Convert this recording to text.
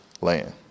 land